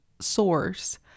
source